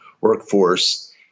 workforce